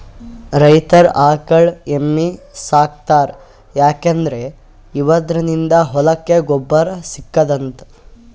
ರೈತರ್ ಆಕಳ್ ಎಮ್ಮಿ ಸಾಕೋತಾರ್ ಯಾಕಂದ್ರ ಇವದ್ರಿನ್ದ ಹೊಲಕ್ಕ್ ಗೊಬ್ಬರ್ ಸಿಗ್ತದಂತ್